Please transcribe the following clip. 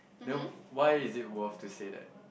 then why is it worth to say that